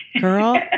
girl